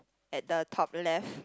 at the top left